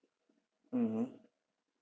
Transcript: mmhmm